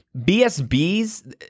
BSB's